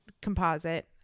composite